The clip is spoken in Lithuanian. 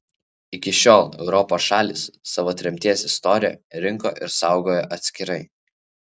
iki šiol europos šalys savo tremties istoriją rinko ir saugojo atskirai